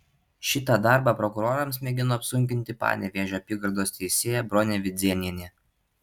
šitą darbą prokurorams mėgino apsunkinti panevėžio apygardos teisėja bronė vidzėnienė